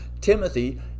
Timothy